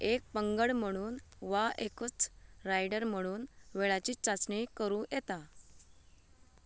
एक पंगड म्हणून वा एकूच रायडर म्हणून वेळाची चांचणी करूं येता